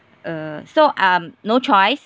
uh so um no choice